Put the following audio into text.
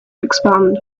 expand